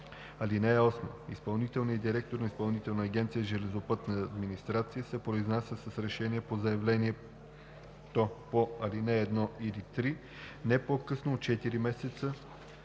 ал. 8: „(8) Изпълнителният директор на Изпълнителна агенция „Железопътна администрация“ се произнася с решение по заявлението по ал. 1 или 3 не по-късно от четири месеца,